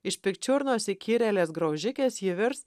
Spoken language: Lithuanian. iš pikčiurnos įkyrėlės graužikės ji virs